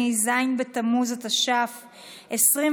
גברתי, ולילה טוב.